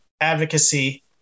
advocacy